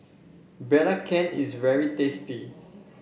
belacan is very tasty